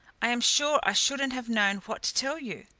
i am sure i shouldn't have known what to you.